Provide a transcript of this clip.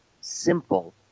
simple